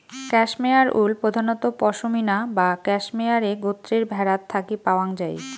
cashmere wool প্রধানত পসমিনা বা ক্যাশমেয়ারে গোত্রের ভ্যাড়াত থাকি পাওয়াং যাই